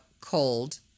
cold